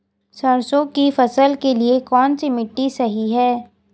सरसों की फसल के लिए कौनसी मिट्टी सही हैं?